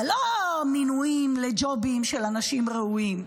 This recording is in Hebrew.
אבל לא מינויים לג'ובים של אנשים ראויים,